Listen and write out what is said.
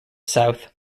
south